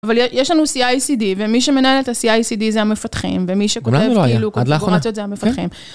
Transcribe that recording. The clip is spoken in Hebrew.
אבל יש לנו CI/CD, ומי שמנהל את ה-CI/CD זה המפתחים, ומי שכותב כאילו פרקורציות זה המפתחים.